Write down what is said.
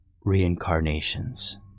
reincarnations